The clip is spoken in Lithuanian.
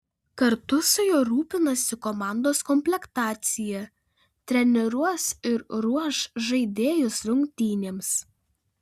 kartu su juo rūpinasi komandos komplektacija treniruos ir ruoš žaidėjus rungtynėms